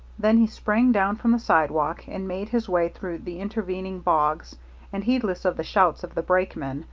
then he sprang down from the sidewalk and made his way through the intervening bogs and, heedless of the shouts of the brakemen,